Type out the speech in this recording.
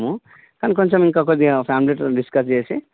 కట్టి పెట్టండి నేను వ్యక్తిని పంపిస్తా కార్లో